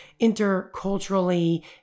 interculturally